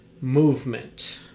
movement